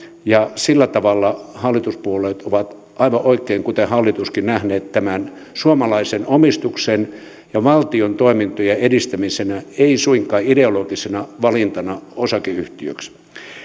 ja sillä tavalla hallituspuolueet ovat aivan oikein kuten hallituskin nähneet tämän suomalaisen omistuksen ja valtion toimintojen edistämisenä ei suinkaan ideo logisena valintana osakeyhtiöksi